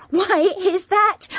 why is that?